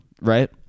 right